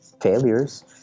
failures